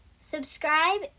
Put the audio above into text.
Subscribe